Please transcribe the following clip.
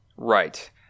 Right